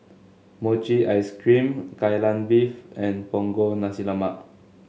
Mochi Ice Cream Kai Lan Beef and Punggol Nasi Lemak